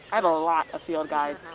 i have a lot of field guides.